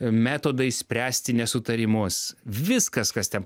metodais spręsti nesutarimus viskas kas ten